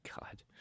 God